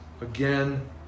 again